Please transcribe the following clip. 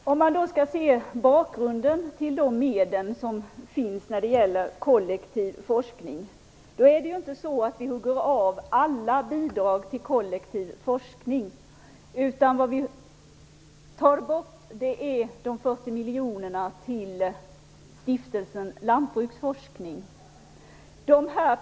Fru talman! Beträffande bakgrunden till de medel som finns för kollektiv forskning är det ju inte så att vi hugger av alla bidrag till kollektiv forskning. Vad vi tar bort är de 40 miljonerna till Stiftelsen Lantbruksforskning.